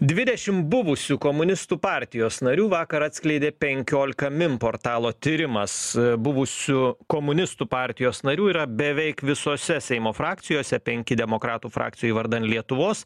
dvidešim buvusių komunistų partijos narių vakar atskleidė penkiolika min portalo tyrimas buvusių komunistų partijos narių yra beveik visose seimo frakcijose penki demokratų frakcijoj vardan lietuvos